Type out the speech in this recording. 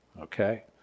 Okay